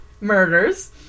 Murders